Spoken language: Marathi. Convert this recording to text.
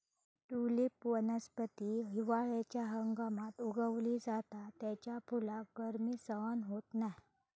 ट्युलिप वनस्पती हिवाळ्याच्या हंगामात उगवली जाता त्याच्या फुलाक गर्मी सहन होत नाय